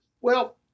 Well-